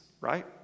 right